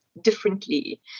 differently